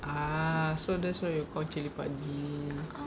ah so that's why you call cili padi